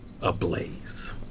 ablaze